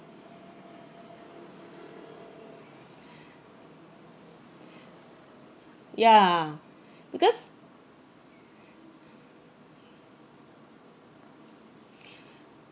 yeah because